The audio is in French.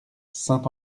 saint